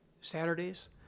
Saturdays